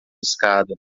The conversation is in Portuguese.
escada